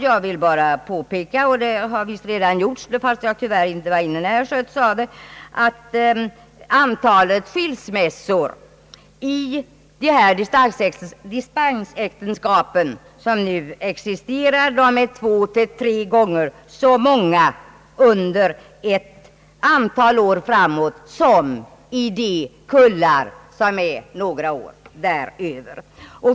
Jag vill bara påpeka — det har visst redan gjorts fast jag tyvärr inte var inne när herr Schött nämnde det — att antalet skilsmässor i de dispensäktenskap som nu förekommer är två till tre gånger så stort under ett antal år framåt som i de årskullar som är några år däröver.